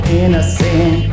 innocent